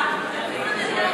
לו?